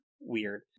weird